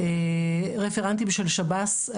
רפרנטים של שב"ס,